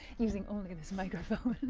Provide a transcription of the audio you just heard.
using only this microphone.